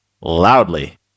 loudly